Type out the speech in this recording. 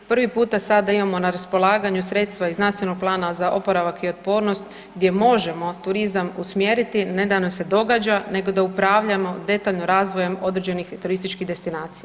Prvi puta sada imamo na raspolaganju sredstva iz Nacionalnog plana za oporavak i otpornost gdje možemo turizam usmjeriti ne da nam se događa nego da upravljamo detaljno razvojem određenih turističkih destinacija.